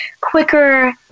quicker